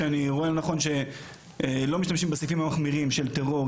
שאני רואה לנכון שלא משתמשים בסעיפים המחמירים של טרור,